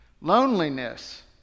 Loneliness